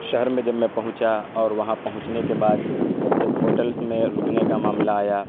شہر میں جب میں پہنچا اور وہاں پہنچنے کے بعد جب ہوٹلس میں رکنے کا معاملہ آیا